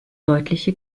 deutliche